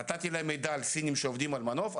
נתתי להם מידע על סינים שעובדים על מנוף.